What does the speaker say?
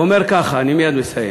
אני מייד מסיים.